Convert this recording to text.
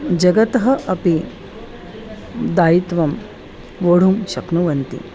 जगतः अपि दायित्वं वोढुं शक्नुवन्ति